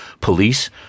police